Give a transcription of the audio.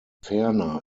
ferner